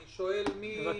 אני שואל מי